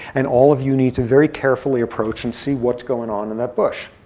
and all of you need to very carefully approach and see what's going on in that bush.